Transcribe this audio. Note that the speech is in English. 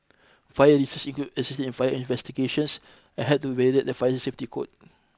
fire research include assisting in fire investigations and help to validate the fire safety code